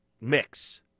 mix